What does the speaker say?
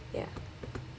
ya